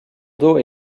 dos